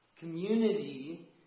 Community